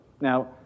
Now